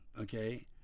okay